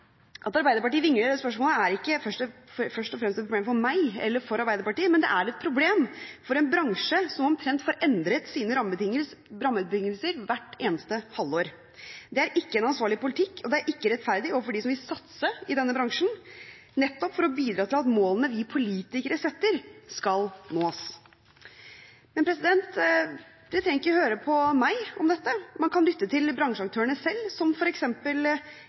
At Arbeiderpartiet vingler i det spørsmålet, er ikke først og fremst et problem for meg eller for Arbeiderpartiet, men det er et problem for en bransje som får endret sine rammebetingelser omtrent hvert eneste halvår. Det er ikke en ansvarlig politikk, og det er ikke rettferdig overfor dem som vil satse i denne bransjen for nettopp å bidra til at målene vi politikere setter, skal nås. Men man trenger ikke høre på meg om dette, man kan lytte til bransjeaktørene selv, som